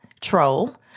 troll